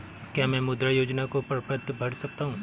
क्या मैं मुद्रा योजना का प्रपत्र भर सकता हूँ?